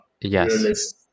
yes